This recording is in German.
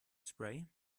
spray